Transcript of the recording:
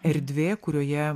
erdvė kurioje